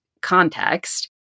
context